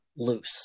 loose